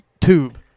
tube